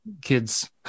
kids